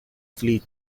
flee